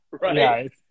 Right